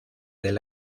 del